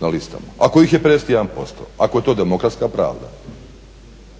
na listama, ako ih je 51%, ako je to demokratska pravda.